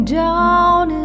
down